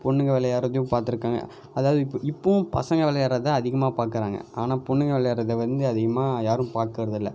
பொண்ணுங்க விளையாட்றதையும் பார்த்துருக்காங்க அதாவது இப்போ இப்போவும் பசங்கள் விளையாட்றத்தான் அதிகமாக பார்க்கறாங்க ஆனால் பொண்ணுங்கள் விளையாட்றத வந்து அதிகமாக யாரும் பார்க்கறதில்ல